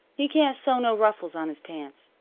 he can't sew no ruffles on his pants.